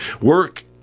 Work